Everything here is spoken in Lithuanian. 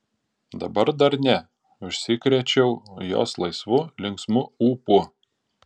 dabar dar ne užsikrėčiau jos laisvu linksmu ūpu